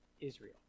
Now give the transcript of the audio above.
Israel